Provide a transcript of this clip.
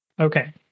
Okay